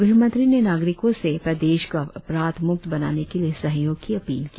गृहमंत्री ने नागरिकी से प्रदेश को अपराध मुक्त बनाने के लिए सहयोग की अपील की